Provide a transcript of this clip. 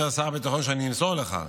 אומר שר הביטחון שאני אמסור לך,